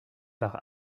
par